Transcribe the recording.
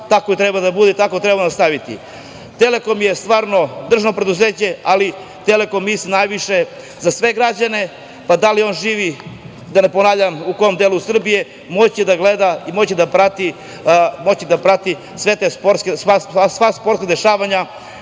Tako treba da bude i tako treba nastaviti.„Telekom“ je stvarno državno preduzeće, ali „Telekom“ misli najviše na sve građane, pa da li on živi, da ne ponavljam u kom delu Srbije, moći da gleda i moći da prati sva sportska dešavanja